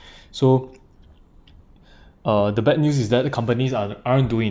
so uh the bad news is that the companies are aren't doing